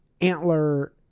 antler